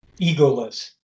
egoless